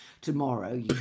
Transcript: tomorrow